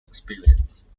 experience